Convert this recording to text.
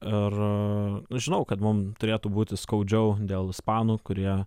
ir žinau kad mum turėtų būti skaudžiau dėl ispanų kurie